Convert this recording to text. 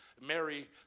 Mary